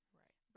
right